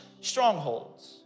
strongholds